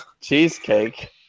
cheesecake